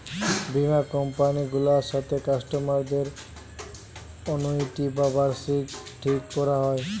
বীমা কোম্পানি গুলার সাথে কাস্টমারদের অ্যানুইটি বা বার্ষিকী ঠিক কোরা হয়